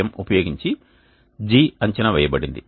m ఉపయోగించి G అంచనా వేయబడింది